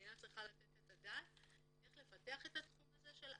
המדינה צריכה לתת את הדעת איך לפתח את התחום הזה של הטיפול,